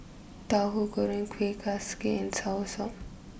Tahu Goreng Kueh and Soursop